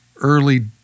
early